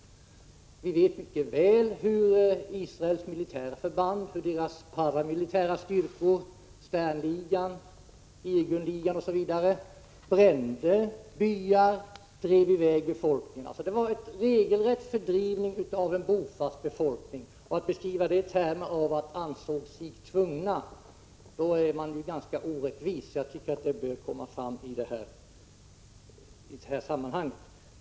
Vi vet mycket väl hur Israels militära och paramilitära styrkor — Stern-ligan, Irgum-ligan m.fl. — brände byar och drev i väg befolkningen. Det rörde sig alltså om en regelrätt fördrivning av en bofast befolkning. Att här använda uttrycket ”ansåg sig tvungna” är att vara ganska orättvis. Jag tycker att detta bör komma fram i det här sammanhanget.